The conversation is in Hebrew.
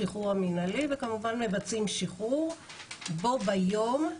בשחרור המנהלי וכמובן מבצעים שחרור בו ביום.